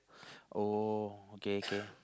oh okay so